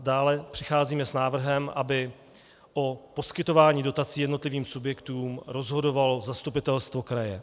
Dále přicházíme s návrhem, aby po o poskytování dotací jednotlivým subjektům rozhodovalo zastupitelstvo kraje.